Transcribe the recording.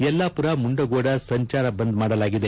ಯಲ್ಲಾಪುರ ಮುಂಡಗೋಡ ಸಂಚಾರ ಬಂದ್ ಮಾಡಲಾಗಿದೆ